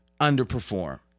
underperform